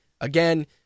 Again